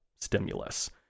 stimulus